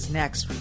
next